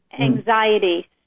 anxiety